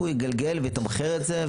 הוא יגלגל ויתמחר את זה,